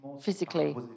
physically